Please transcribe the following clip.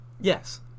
Yes